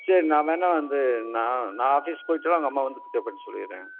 சரி நான் வேண்ணா வந்து நான் நான் ஆஃபிஸ் போயிட்டேன்னா அவங்க அம்மா வந்து பிக்கப் பண்ண சொல்லிடுறேன்